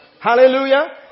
Hallelujah